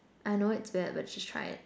I know it's weird but just try it